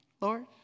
Lord